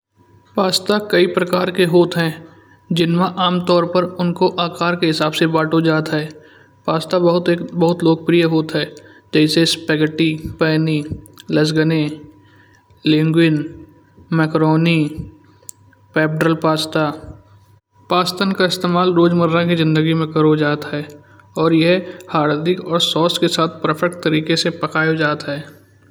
पास्ता कई प्रकार के होते हैं जिनमें आमतौर पर उनको आकार के हिसाब से बाँटा जाता है। पास्ता बहुत एक बहुत लोकप्रिय होता है जैसे spaghetti, penne, lasagna, macaroni, petrol pasta, pasta का इस्तेमाल रोज़मर्रा की ज़िन्दगी में किया जाता है। और यह हार्दिक और सॉस के साथ परफेक्ट तरीके से पकाया जाता है।